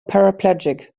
paraplegic